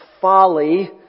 folly